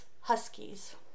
Huskies